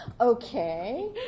Okay